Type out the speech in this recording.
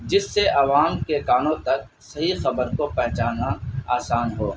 جس سے عوام کے کانوں تک صحیح خبر کو پہنچانا آسان ہو